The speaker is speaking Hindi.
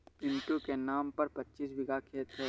पिंटू के नाम पर पच्चीस बीघा खेत है